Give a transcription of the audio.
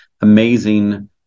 amazing